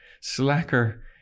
slacker